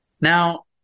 Now